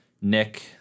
Nick